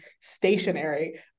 stationary